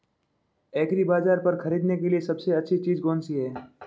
एग्रीबाज़ार पर खरीदने के लिए सबसे अच्छी चीज़ कौनसी है?